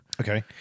Okay